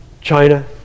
China